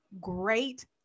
Great